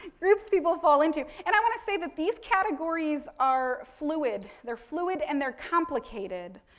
groups people fall into, and i want to say that these categories are fluid, they're fluid and they're complicated.